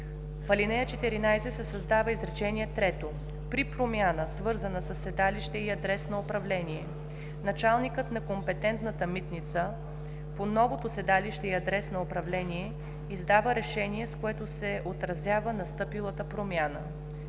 в ал. 14 се създава изречение трето: „При промяна, свързана със седалище и адрес на управление, началникът на компетентната митница по новото седалище и адрес на управление издава решение, с което се отразява настъпилата промяна.